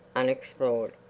unexplored.